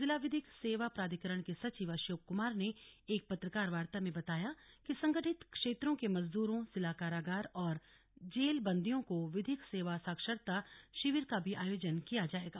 जिला विधिक सेवा प्राधिकरण के सचिव अशोक कुमार ने एक पत्रकार वार्ता में बताया कि संगठित क्षेत्रों के मजदूरों जिला कारागार और जेल बंदियों को विधिक सेवा साक्षरता शिविर का भी आयोजन किया जाएगा